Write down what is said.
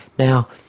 now,